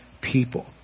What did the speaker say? people